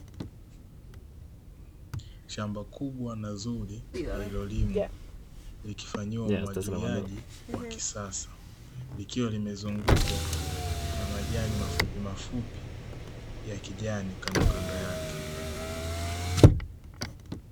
Shamba kubwa na zuri lililolimwa likifanyiwa umwagiliaji wa kisasa, likiwa limezungukwa na majani mafupi mafupi ya kijani kandokando yake.